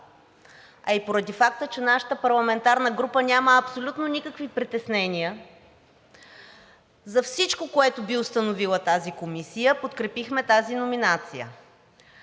а и поради факта, че нашата парламентарна група няма абсолютно никакви притеснения за всичко, което би установила тази комисия, подкрепихме тази номинация.